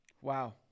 Wow